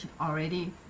already